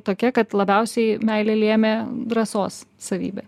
tokia kad labiausiai meilę lėmė drąsos savybė